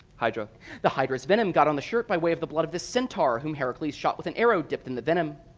hydra. the hydra's venom got on the shirt by way of the blood of this centaur, whom heracles shot with an arrow dipped in the venom.